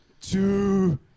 two